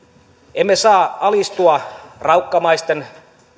emme saa alistua raukkamaisten